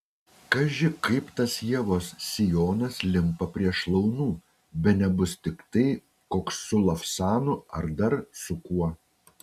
kaži kaip tas ievos sijonas limpa prie šlaunų bene bus tiktai koks su lavsanu ar dar su kuo